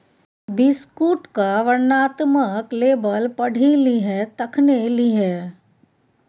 बिस्कुटक वर्णनात्मक लेबल पढ़ि लिहें तखने लिहें